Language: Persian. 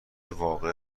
واقعه